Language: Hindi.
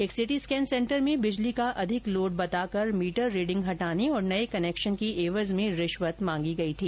एक सिटी र्कन सेंटर में बिजली का अधिक लोड बताकर मीटर रीडिंग हटाने और नए कनेक्शन की एवज में रिश्वत मांगी गई थी